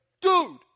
dude